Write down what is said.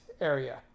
area